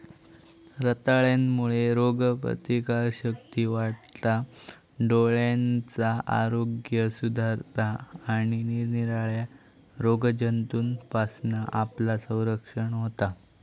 रताळ्यांमुळे रोगप्रतिकारशक्ती वाढता, डोळ्यांचा आरोग्य सुधारता आणि निरनिराळ्या रोगजंतूंपासना आपला संरक्षण होता